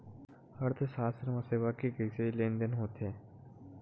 अर्थशास्त्र मा सेवा के कइसे लेनदेन होथे?